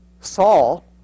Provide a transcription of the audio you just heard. Saul